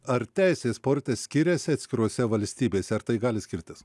ar teisė sporte skiriasi atskirose valstybėse ar tai gali skirtis